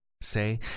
Say